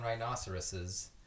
rhinoceroses